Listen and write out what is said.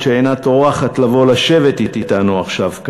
אינה טורחת לבוא לשבת אתנו כאן עכשיו,